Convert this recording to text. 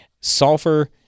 Sulfur